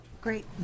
Great